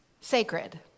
sacred